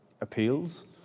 appeals